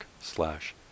slash